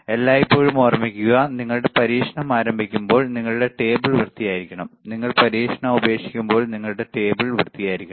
എല്ലായ്പ്പോഴും ഓർമ്മിക്കുക നിങ്ങൾ പരീക്ഷണം ആരംഭിക്കുമ്പോൾ നിങ്ങളുടെ ടേബിൾ വൃത്തിയായിരിക്കണം നിങ്ങൾ പരീക്ഷണം ഉപേക്ഷിക്കുമ്പോൾ നിങ്ങളുടെ ടേബിൾ വൃത്തിയായിരിക്കണം